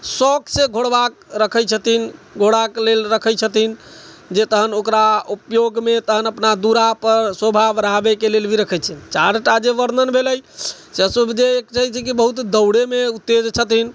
शौक से घोड़बाक रखै छथिन घोड़ाक लेल रखै छथिन जे तहन ओकरा उपयोग मे तहन अपना दुरा पर शोभा बढ़ाबै के लेल भी रखै छै चारि टा जे वर्णन भेलै से बहुत दौड़य मे ओ तेज छथिन